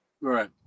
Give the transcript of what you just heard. Right